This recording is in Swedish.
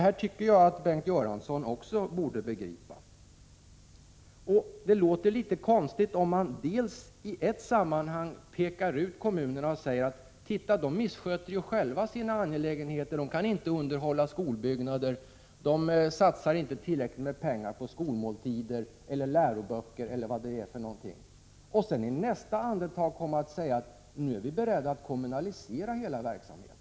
Det tycker jag att Bengt Göransson borde begripa. Det låter litet konstigt om man i ett sammanhang pekar ut kommunerna och säger att de missköter sina angelägenheter — att de inte kan underhålla sina skolbyggnader och att de inte satsar tillräckligt med pengar på skolmåltider, läroböcker och annat — och i nästa andetag säger att regeringen är beredd att kommunalisera hela verksamheten.